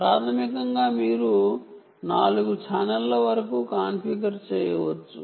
ప్రాథమికంగా మీరు 4 ఛానెల్ల వరకు కాన్ఫిగర్ చేయవచ్చు